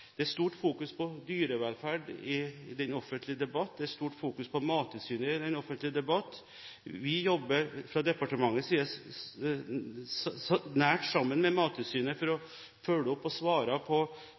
det er stort fokus på dyrevelferd i den offentlige debatt, og det er stort fokus på Mattilsynet i den offentlige debatt. Vi jobber fra departementets side nært sammen med Mattilsynet for å